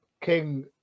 king